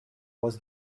was